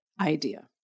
idea